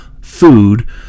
food